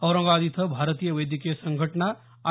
औरंगाबाद इथं भारतीय वैद्यकीय संघटना आय